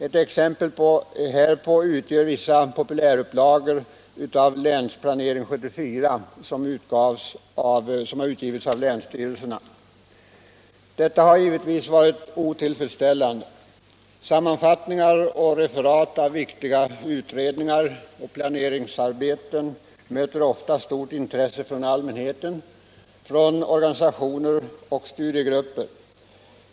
Ett exempel härpå utgör vissa sammanfattningar av Länsplaneringen 1974 som utgivits av länsstyrelserna. Detta har givetvis varit otillfredsställande. Sammanfattningar och referat av viktiga utredningar och planeringsarbeten möter ofta stort intresse från allmänheten, från organisationer och studiegrupper.